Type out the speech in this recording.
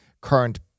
current